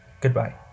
Goodbye